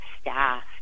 staff